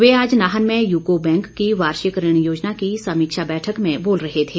वे आज नाहन में यूको बैंक की वार्षिक ऋण योजना की समीक्षा बैठक में बोल रहे थे